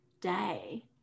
day